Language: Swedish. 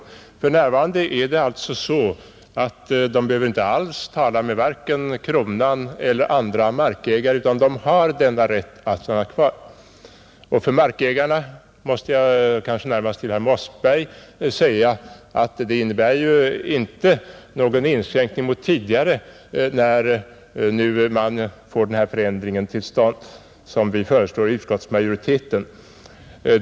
För närvarande är det alltså så att de behöver inte alls tala med vare sig kronan eller andra markägare utan de har denna rätt att stanna kvar. Till herr Mossberger vill jag säga att för markägarna innebär det ju inte någon inskränkning jämfört med tidigare förhållanden när man nu får den här förändringen till stånd, som vi föreslår i utskottsmajoriteten.